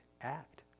act